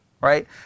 right